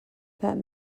that